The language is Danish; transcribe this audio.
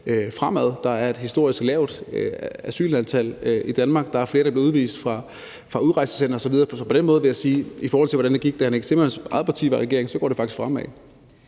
fremad. Der er et historisk lavt asyltal i Danmark. Der er flere, der bliver udvist fra udrejsecentre osv. Så på den måde vil jeg sige, at i forhold til hvordan det gik, da hr. Nick Zimmermanns eget parti stod bag en regering, går det faktisk fremad.